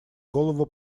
голову